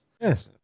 Yes